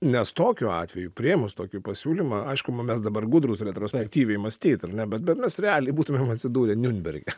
nes tokiu atveju priėmus tokį pasiūlymą aišku mes dabar gudrūs retrospektyviai mąstyt ar ne bet bet mes realiai būtumėm atsidūrę niunberge